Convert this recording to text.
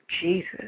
Jesus